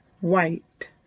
White